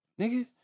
Nigga